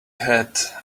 had